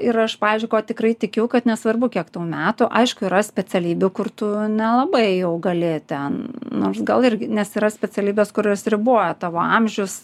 ir aš pavyzdžiui ko tikrai tikiu kad nesvarbu kiek tau metų aišku yra specialybių kur tu nelabai jau gali ten nors gal irgi nes yra specialybės kurios riboja tavo amžius